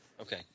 Okay